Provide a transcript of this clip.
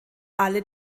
alle